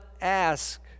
ask